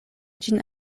ĝin